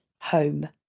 home